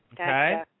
Okay